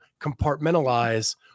compartmentalize